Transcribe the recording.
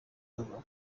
bavuga